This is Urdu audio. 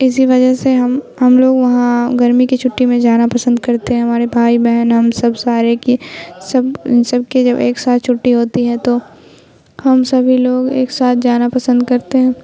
اسی وجہ سے ہم ہم لوگ وہاں گرمی کی چھٹی میں جانا پسند کرتے ہیں ہمارے بھائی بہن ہم سب سارے کہ سب ان سب کے جب ایک ساتھ چھٹی ہوتی ہے تو ہم سبھی لوگ ایک ساتھ جانا پسند کرتے ہیں